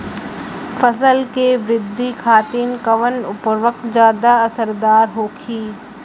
फसल के वृद्धि खातिन कवन उर्वरक ज्यादा असरदार होखि?